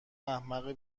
احمق